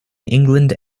england